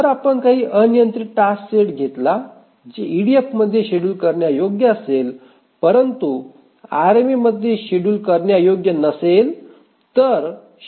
जर आपण काही अनियंत्रित टास्क सेट घेतला जे ईडीएफमध्ये शेड्यूल करण्यायोग्य असेल परंतु आरएमएमध्ये शेड्यूल करण्यायोग्य नसेल तर शेड्युल वेगळे असेल